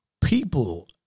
People